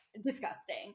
disgusting